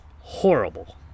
horrible